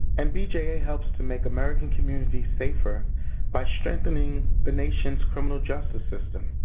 and bja helps to make american communities safer by strengthening the nation's criminal justice system.